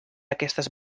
aquestes